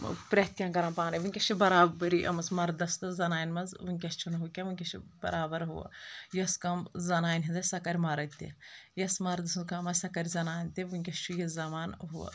پرٛتھ کیٚنٛہہ کَران پانے وُنکٮ۪س چھِ برابرۍ آمٕژ مردس تہٕ زنانہِ منٛز وُنکٮ۪س چھِنہٕ ہُو کیٚنٛہہ وُنکٮ۪س چھ برابر ہُو یۄس کٲم زنانہِ ہٕنٛز آسہِ سُہ کَرِ مرد تہِ یۄس مردٕ سٕنٛز کٲم آسہِ سۅ کَرِ زنان تہِ وُنکٮ۪س چھُ یہِ زمانہٕ ہُو